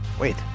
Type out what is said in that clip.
wait